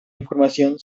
información